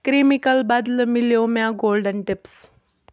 کرٛیٖمِکل بدلہٕ مِلیو مےٚ گولڈن ٹِپٕس